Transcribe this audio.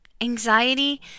anxiety